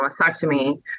mastectomy